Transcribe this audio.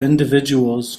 individuals